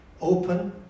open